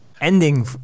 ending